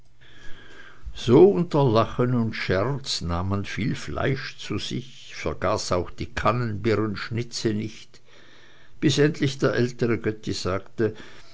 so unter lachen und scherz nahm man viel fleisch zu sich vergaß auch die kannenbirenschnitze nicht bis endlich der ältere götti sagte